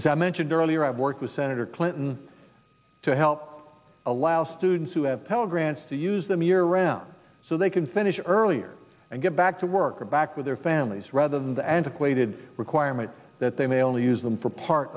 as i mentioned earlier i've worked with senator clinton to help allow students who have pell grants to use them year round so they can finish earlier and get back to work back with their families rather than the antiquated requirement that they may only use them for part